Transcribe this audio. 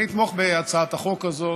אני אתמוך בהצעת החוק הזאת.